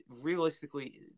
realistically